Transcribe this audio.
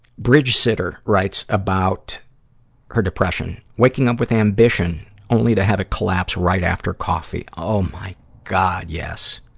bridge sitter writes about her depression waking up with ambition, only to have it collapse right after coffee. oh my god, yes!